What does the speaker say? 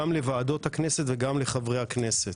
גם לוועדות הכנסת וגם לחברי הכנסת.